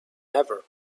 ever